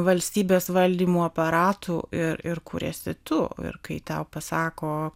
valstybės valdymo aparatų ir ir kur esi tu ir kai tau pasako